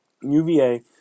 UVA